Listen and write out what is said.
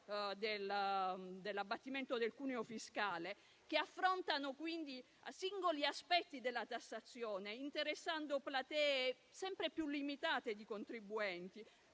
dell'abbattimento del cuneo fiscale, che affrontano quindi singoli aspetti della tassazione, interessando platee sempre più limitate di contribuenti,